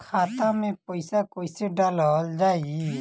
खाते मे पैसा कैसे डालल जाई?